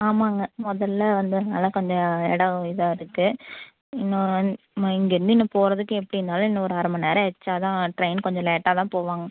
ஆமாங்க முதல்ல வந்ததனால் கொஞ்சம் இடம் இதாக இருக்குது இன்னும் நம்ம இங்கேருந்து இன்னும் போகிறதுக்கு எப்படினாலும் இன்னும் ஒரு அரை மணி நேரம் எக்ஸ்ட்ரா தான் ட்ரெயின் கொஞ்சம் லேட்டாக தான் போவாங்க